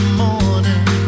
morning